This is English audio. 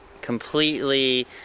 completely